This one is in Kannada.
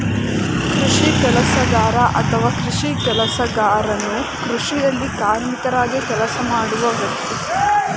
ಕೃಷಿ ಕೆಲಸಗಾರ ಅಥವಾ ಕೃಷಿ ಕೆಲಸಗಾರನು ಕೃಷಿಯಲ್ಲಿ ಕಾರ್ಮಿಕರಾಗಿ ಕೆಲಸ ಮಾಡುವ ವ್ಯಕ್ತಿ